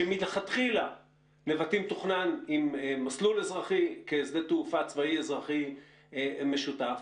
שמלכתחילה נבטים תוכנן עם מסלול אזרחי כשדה תעופה צבאי-אזרחי משותף,